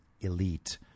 elite